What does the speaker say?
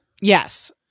yes